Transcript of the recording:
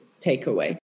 takeaway